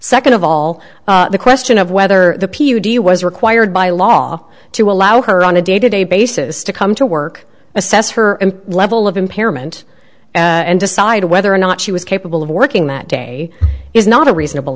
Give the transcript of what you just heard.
second of all the question of whether the p d was required by law to allow her on a day to day basis to come to work assess her level of impairment and decide whether or not she was capable of working that day is not a reasonable